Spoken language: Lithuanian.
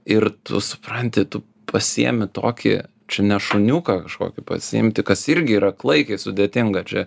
ir tu supranti tu pasiemi tokį čia ne šuniuką kažkokį pasiimti kas irgi yra klaikiai sudėtinga čia